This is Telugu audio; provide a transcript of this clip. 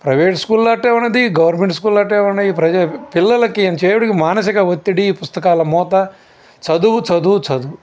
ప్రైవేట్ స్కూల్లు అట్టే ఉన్నది గవర్నమెంట్ స్కూల్లు అట్టే ఉన్నాయి ప్రజ పిల్లలకి ఎంతసేపు మానసిక ఒత్తిడి పుస్తకాల మోతా చదువు చదువు చదువు